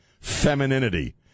femininity